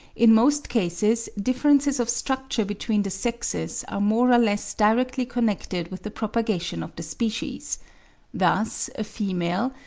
in most cases, differences of structure between the sexes are more or less directly connected with the propagation of the species thus a female,